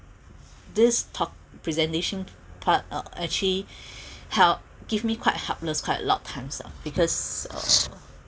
this talk presentation part uh actually help give me quite helpless quite a lot of times ah because uh